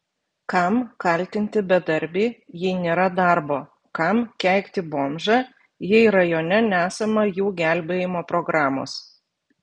kam kaltinti bedarbį jei nėra darbo kam keikti bomžą jei rajone nesama jų gelbėjimo programos